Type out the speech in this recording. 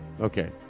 Okay